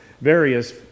various